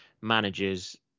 managers